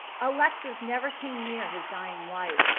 alexis never came near his dying wife,